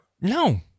No